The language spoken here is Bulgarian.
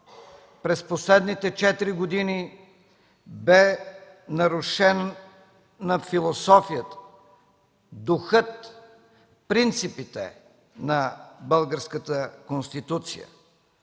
през последните четири години бяха нарушени философията, духът, принципите на Българската конституция.